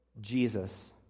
Jesus